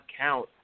count